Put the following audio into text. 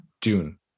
June